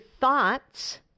thoughts